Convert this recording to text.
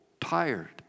tired